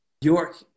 York